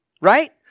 right